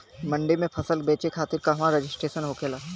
मंडी में फसल बेचे खातिर कहवा रजिस्ट्रेशन होखेला?